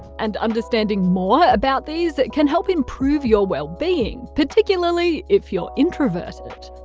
and understanding more about these can help improve your well-being particularly if you're introverted.